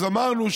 אז אמרנו,